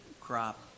crop